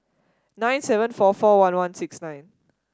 nine seven four four one one six nine